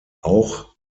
auch